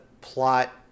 plot